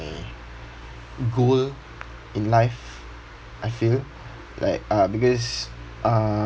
goal in life I feel like uh because uh